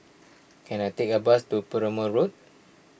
can I take a bus to Perumal Road